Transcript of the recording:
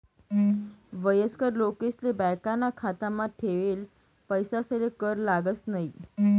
वयस्कर लोकेसले बॅकाना खातामा ठेयेल पैसासले कर लागस न्हयी